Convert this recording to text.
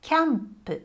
Camp